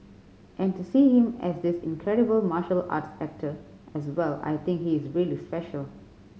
and to see him as this incredible martial arts actor as well I think he's really special